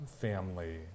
family